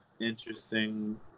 interesting